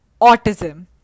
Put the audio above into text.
autism